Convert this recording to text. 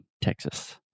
Texas